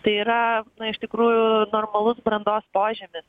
tai yra iš tikrųjų normalus brandos požymis